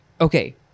Okay